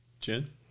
Jen